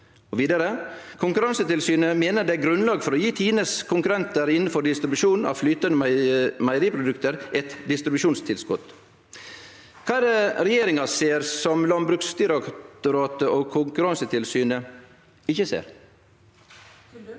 – Konkurransetilsynet mener det er grunnlag for å gi Tines konkurrenter innenfor distribusjon av flytende meieriprodukter et distribusjonstilskudd (…)». Kva er det regjeringa ser som Landbruksdirektoratet og Konkurransetilsynet ikkje ser?